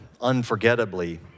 unforgettably